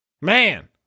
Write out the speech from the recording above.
Man